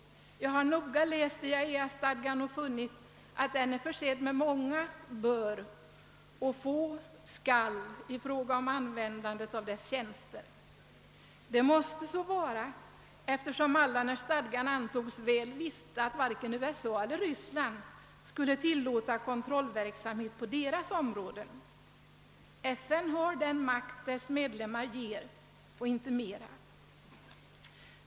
Jag har noggrant läst IAEA-stadgan och funnit att den är försedd med många »bör» och få »skall» i fråga om användandet av dess tjänster. Det måste så vara, eftersom alla när stadgan antogs väl visste att varken USA eller Ryssland skulle tillåta kontrollverksamhet på sina områden. FN har den makt dess medlemmar ger organisationen och inte mer.